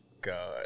God